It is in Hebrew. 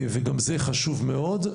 גם זה חשוב מאוד.